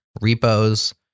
repos